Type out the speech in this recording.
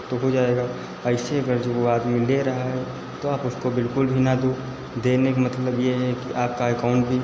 तब तो हो जाएगा ऐसे अगर जो आदमी ले रहा है तो आप उसको बिल्कुल भी न दो देने के मतलब यह है कि आपका एकाउन्ट भी